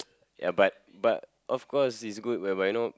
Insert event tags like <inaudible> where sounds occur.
<noise> ya but but of course it's good whereby you know